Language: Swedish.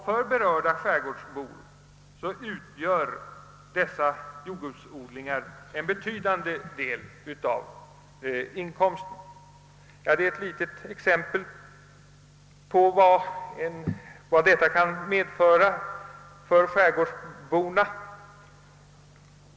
För berörda skärgårdsbor utgör dessa jordgubbsodlingar en betydande del av inkomsterna. Detta var ett litet exempel på vad detta kan medföra för skärgårdsborna.